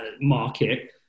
market